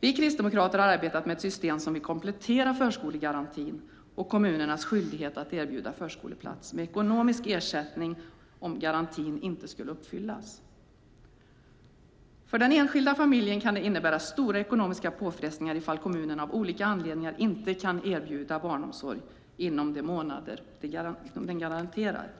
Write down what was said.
Vi kristdemokrater har arbetat med ett system som vill komplettera förskolegarantin och kommunernas skyldighet att erbjuda förskoleplats med ekonomiskt ersättning om garantin inte skulle uppfyllas. För den enskilda familjen kan det innebära stora ekonomiska påfrestningar ifall kommunen av olika anledningar inte kan erbjuda barnomsorg inom de månader de garanterar.